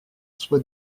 soi